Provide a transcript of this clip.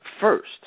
first